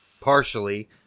Partially